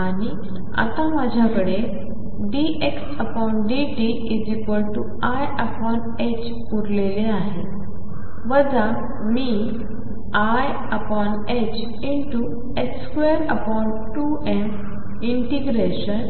आणि आता माझ्या कडे ddt⟨x⟩i उरलेलो आहे वजा मी i22m ∫2x2x